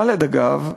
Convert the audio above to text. ח'אלד, אגב,